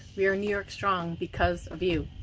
we are new york strong because of you!